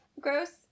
gross